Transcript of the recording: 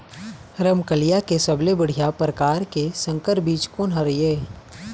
रमकलिया के सबले बढ़िया परकार के संकर बीज कोन हर ये?